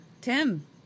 Tim